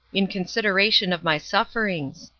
in consideration of my sufferings.